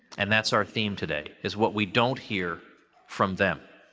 and that's our theme today, is what we don't hear from them.